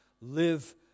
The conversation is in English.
live